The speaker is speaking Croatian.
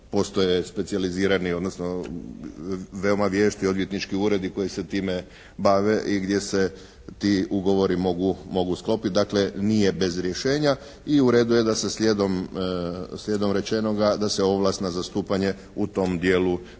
postoje specijalizirani odnosno veoma vješti odvjetnički uredi koji se time bave i gdje se ti ugovori mogu sklopiti, dakle nije bez rješenja. I u redu je da se slijedom rečenoga da se ovlast na zastupanje u tom dijelu zastupanja